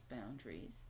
boundaries